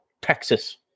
Texas